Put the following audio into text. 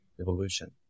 evolution